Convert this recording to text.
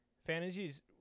Fantasies